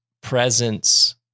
presence